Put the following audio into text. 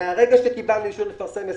מהרגע שקיבלנו אישור לפרסם הסכמים,